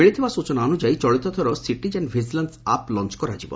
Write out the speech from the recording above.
ମିଳିଥିବା ସ୍ଚନା ଅନୁଯାୟୀ ଚଳିତଥର ସିଟିଜେନ୍ ଭିକିଲାନ୍ ଆପ୍ ଲଞ କରାଯିବ